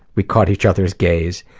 we caught each other's gaze,